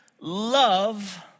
love